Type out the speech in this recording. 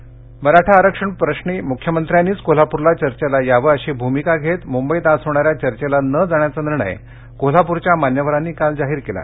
कोल्हापूर मराठा आरक्षण प्रश्नी मुख्यमंत्र्यांनीच कोल्हापुरला चर्चेला यावं अशी भूमिका घेत मुंबईत आज होणाऱ्या चर्चेला न जाण्याचा निर्णय कोल्हापूरच्या मान्यवरांनी काल जाहीर केला